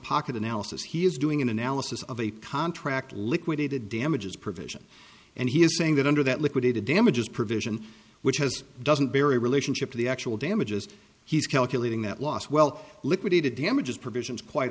pocket analysis he is doing an analysis of a contract liquidated damages provision and he is saying that under that liquidated damages provision which has doesn't bury relationship to the actual damages he's calculating that loss well liquidated damages provisions quite